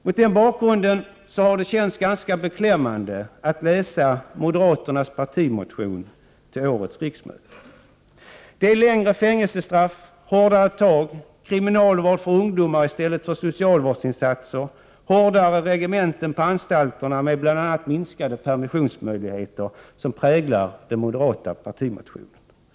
Mot den bakgrunden har det känts ganska beklämmande att läsa moderaternas partimotion till årets riksmöte. Det är längre fängelsestraff, hårdare tag, kriminalvård för ungdomar i stället för socialvårdsinsatser och hårdare reglementen på anstalterna med bl.a. minskade möjligheter till permissioner som präglar den moderata partimotionen. Man målar upp Prot.